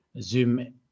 Zoom